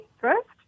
first